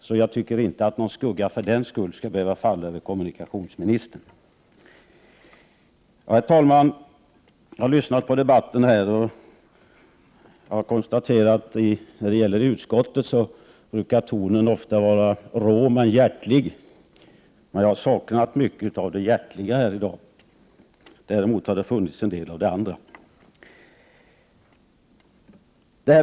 Så jag tycker inte att någon skugga för den skull skall behöva falla över kommunikationsministern. Herr talman! Jag har lyssnat på debatten här. I utskottet är tonen ofta rå men hjärtlig. Jag har saknat mycket av det hjärtliga här i dag. Däremot har det funnits en del av det andra.